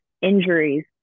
injuries